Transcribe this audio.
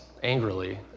Angrily